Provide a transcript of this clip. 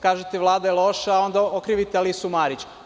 Kažete da je Vlada loša a onda okrivite Alisu Marić.